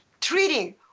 treating